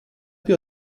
più